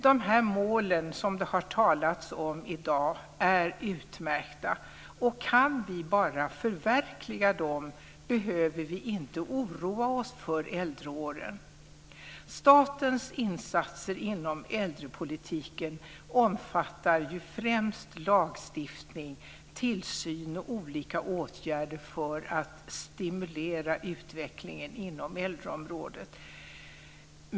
De mål som det har talats om i dag är utmärkta, och kan vi bara förverkliga dem behöver vi inte oroa oss för äldreåren. Statens insatser inom äldrepolitiken omfattar ju främst lagstiftning, tillsyn och olika åtgärder för att stimulera utvecklingen inom äldreområdet.